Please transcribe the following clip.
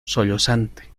sollozante